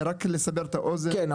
רק לסבר את האוזן -- כן,